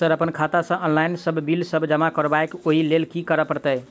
Sir हम अप्पन खाता सऽ ऑनलाइन सऽ बिल सब जमा करबैई ओई लैल की करऽ परतै?